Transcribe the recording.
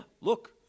Look